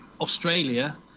Australia